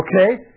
Okay